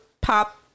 pop